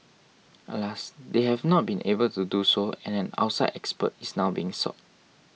alas they have not been able to do so and an outside expert is now being sought